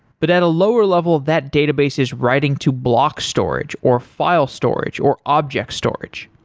but at a lower level, that database is writing to block storage, or file storage, or object storage.